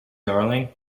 darling